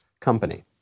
company